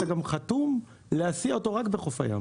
אתה גם חתום להסיע אותו רק בחוף הים,